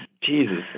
Jesus